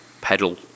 pedal